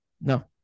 No